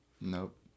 nope